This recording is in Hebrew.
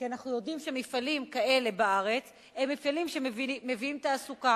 כי אנחנו יודעים שמפעלים כאלה בארץ הם מפעלים שמביאים תעסוקה,